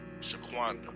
Shaquanda